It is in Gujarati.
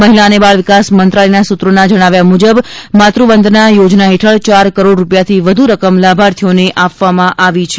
મહિલા અને બાળ વિકાસ મંત્રાલયના સૂત્રોના જણાવ્યા મુજબ માતૃવંદના યોજના હેઠળ ચાર હજાર કરોડ રૂપિયાથી વધુ રકમ લાભાર્થીઓને આપવામાં આવી છે